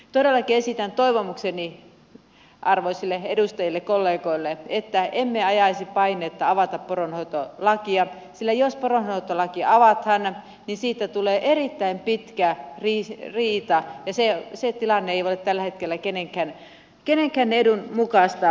todellakin esitän toivomukseni arvoisille edustajille kollegoille että emme ajaisi painetta avata poronhoitolakia sillä jos poronhoitolaki avataan niin siitä tulee erittäin pitkä riita ja se tilanne ei ole tällä hetkellä kenenkään edun mukaista